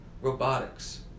robotics